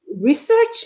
research